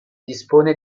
dispone